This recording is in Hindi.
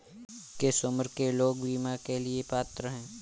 किस उम्र के लोग बीमा के लिए पात्र हैं?